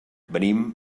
venim